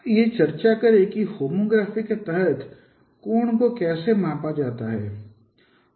आइए चर्चा करें कि होमोग्राफी के तहत कोण को कैसे मापा जा सकता है